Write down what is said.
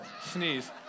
sneeze